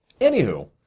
Anywho